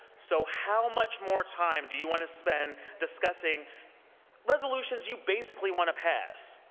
so how much more time do you want to spend discussing resolutions you basically want to pass?